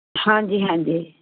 ਹਾਂਜੀ ਹਾਂਜੀ